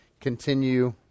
continue